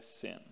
sin